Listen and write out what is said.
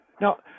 Now